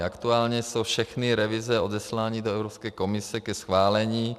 Aktuálně jsou všechny revize odeslány do Evropské komise ke schválení.